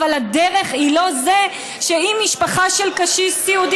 אבל הדרך היא לא זאת שאם משפחה של קשיש סיעודי